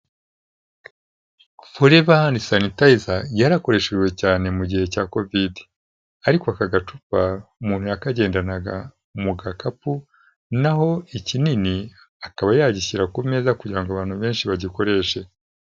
Forever hand sanitizer yarakoreshejwe cyane mu gihe cya Covid, ariko aka gacupa umuntu yakagendanaga mu gakapu n'aho ikinini akaba yagishyira ku meza kugira ngo abantu benshi bagikoreshe.